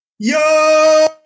Yo